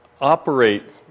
operate